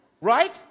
Right